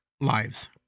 lives